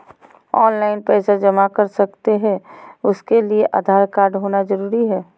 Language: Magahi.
ऑनलाइन पैसा जमा कर सकते हैं उसके लिए आधार कार्ड होना जरूरी है?